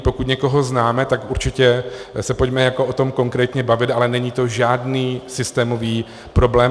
Pokud někoho známe, tak určitě se pojďme o tom konkrétně bavit, ale není to žádný systémový problém.